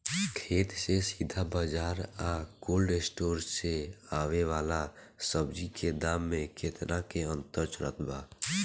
खेत से सीधा बाज़ार आ कोल्ड स्टोर से आवे वाला सब्जी के दाम में केतना के अंतर चलत बा?